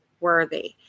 Worthy